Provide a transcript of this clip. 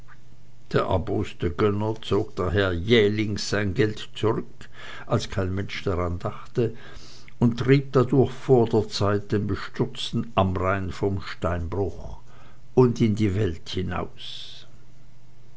der erboste gönner zog daher jählings sein geld zurück als kein mensch daran dachte und trieb dadurch vor der zeit den bestürzten amrain vom steinbruch und in die welt hinaus